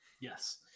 Yes